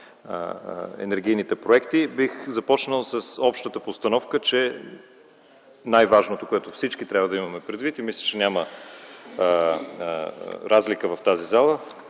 енергийните проекти, бих започнал с общата постановка, че най-важното, което всички трябва да имаме предвид и мисля, че няма разлика в тази зала,